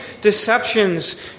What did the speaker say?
deceptions